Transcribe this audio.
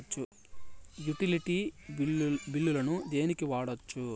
Utility బిల్లులను దేనికి వాడొచ్చు?